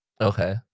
Okay